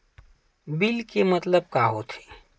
Bill के मतलब का होथे?